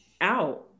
out